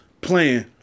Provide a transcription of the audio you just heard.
playing